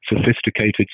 sophisticated